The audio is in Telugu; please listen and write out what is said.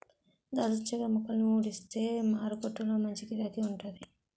దాల్చిన చెక్క మొక్కలని ఊడిస్తే మారకొట్టులో మంచి గిరాకీ వుంటాది